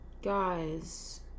Guys